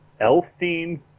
Elstein